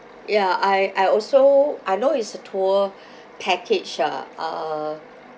ya I I also I know it's a tour package ah uh